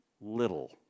little